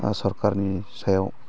सरखारनि सायाव